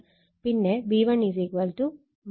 പിന്നെ V1 E1 ആണ്